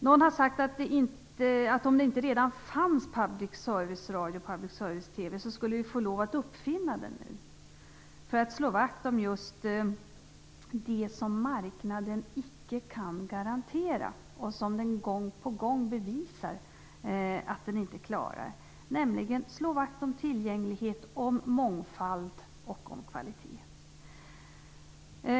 Någon har sagt att om det inte redan fanns public service-radio och public service-TV, skulle vi få lova att uppfinna den nu, för att slå vakt om det som marknaden icke kan garantera och som den gång på gång bevisar att den inte klarar, nämligen tillgänglighet, mångfald och kvalitet.